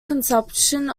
consumption